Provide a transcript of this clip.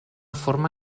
forma